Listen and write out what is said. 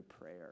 prayer